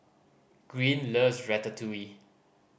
Green loves Ratatouille